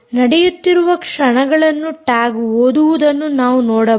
ನಡೆಯುತ್ತಿರುವ ಕ್ಷಣಗಳನ್ನು ಟ್ಯಾಗ್ ಓದುವುದನ್ನು ನಾವು ನೋಡಬಹುದು